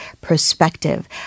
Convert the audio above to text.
perspective